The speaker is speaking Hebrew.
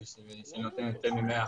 אוקיי.